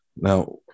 Now